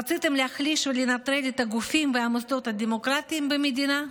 רציתם להחליש ולנטרל את הגופים והמוסדות הדמוקרטיים במדינה?